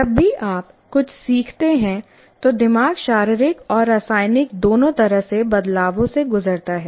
जब भी आप कुछ सीखते हैं तो दिमाग शारीरिक और रासायनिक दोनों तरह के बदलावों से गुजरता है